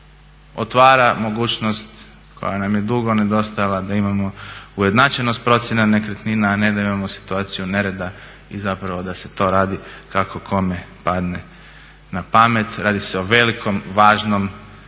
otvara mogućnost koja nam je dugo nedostajala da imamo ujednačenost procjena nekretnina, a ne da imamo situaciju nereda i zapravo da se to radi kako kome padne na pamet. Radi se o velikom, važnom,